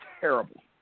terrible